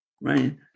Right